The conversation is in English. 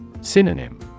Synonym